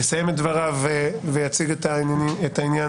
יסיים את דבריו ויציג את העניין